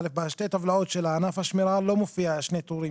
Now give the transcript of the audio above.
א' בשתי הטבלאות של ענף השמירה לא מופיע שני טורים.